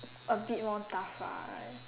a bit more tough ah